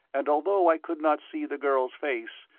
and although i could not see the girl's face,